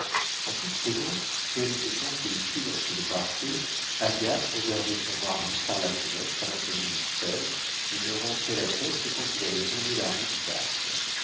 en toute saison quelque temps qu'il fît lorsqu'il partait agathe regardait son mari par la fenêtre allant au ministère et ne rentrait la tête que quand il avait tourné la rue du bac